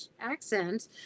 accent